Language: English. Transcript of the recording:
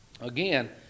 Again